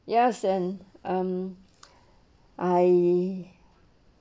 yes and um I